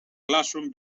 classroom